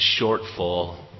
shortfall